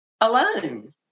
alone